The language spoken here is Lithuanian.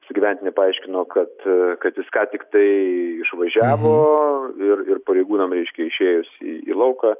sugyventinė paaiškino kad kad jis ką tik tai išvažiavo ir ir pareigūnam reiškia išėjus į į lauką